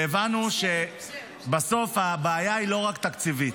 והבנו שבסוף הבעיה היא לא רק תקציבית.